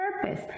purpose